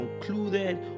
concluded